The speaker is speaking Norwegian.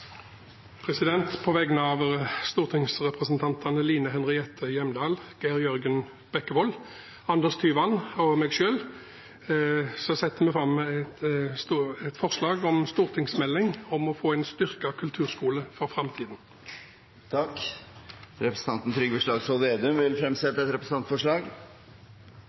På vegne av stortingsrepresentantene Line Henriette Hjemdal, Geir Jørgen Bekkevold, Anders Tyvand og meg selv setter jeg fram et forslag om en stortingsmelding om en styrket kulturskole for framtiden. Representanten Trygve Slagsvold Vedum vil fremsette et representantforslag.